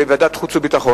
וזה של ועדת החוץ והביטחון,